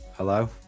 Hello